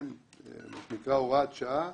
הוראת שעה,